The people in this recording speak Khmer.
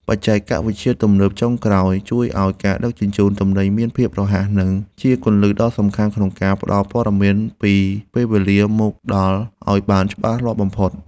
បច្ចេកវិទ្យាទំនើបចុងក្រោយជួយឱ្យការដឹកជញ្ជូនទំនិញមានភាពរហ័ស និង ជាគន្លឹះដ៏សំខាន់ក្នុងការផ្តល់ព័ត៌មានពីពេលវេលាមកដល់ឱ្យបានច្បាស់លាស់បំផុត។